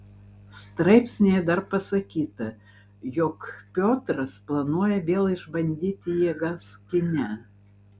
straipsnyje dar pasakyta jog piotras planuoja vėl išbandyti jėgas kine